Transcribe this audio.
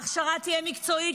ההכשרה תהיה מקצועית,